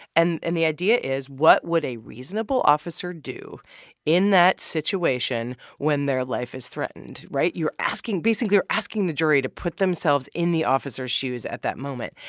and and the idea is, what would a reasonable officer do in that situation when their life is threatened, right? you're asking basically you're asking the jury to put themselves in the officer's shoes at that moment.